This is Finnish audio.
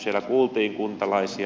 siellä kuultiin kuntalaisia